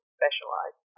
specialize